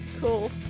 cool